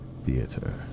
Theater